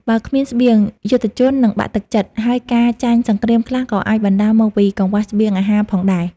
បើគ្មានស្បៀង យុទ្ធជននឹងបាក់ទឹកចិត្ត ហើយការចាញ់សង្គ្រាមខ្លះក៏អាចបណ្តាលមកពីកង្វះស្បៀងអាហារផងដែរ ។